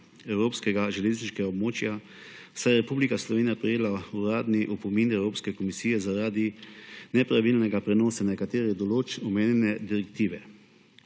evropskega železniškega območja, saj je Republika Slovenija prejela uradni opomin Evropske komisije zaradi nepravilnega prenosa nekaterih določb omenjene direktive.